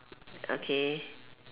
okay